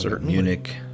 Munich